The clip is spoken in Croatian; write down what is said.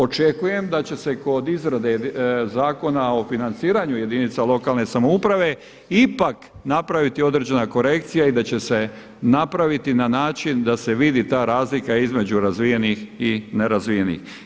Očekujem da će se kod izrade Zakona o financiranju jedinica lokalne samouprave ipak napraviti određena korekcija i da će se napraviti na način da se vidi ta razlika između razvijenih i nerazvijenih.